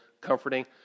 comforting